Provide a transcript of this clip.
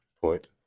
point